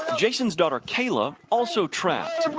jason's daughter kayla also trapped.